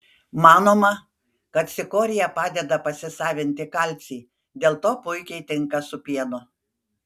manoma kad cikorija padeda pasisavinti kalcį dėl to puikiai tinka su pienu